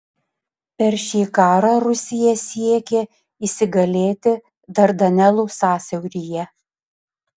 per šį karą rusija siekė įsigalėti dardanelų sąsiauryje